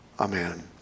amen